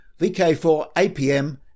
VK4APM